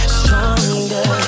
stronger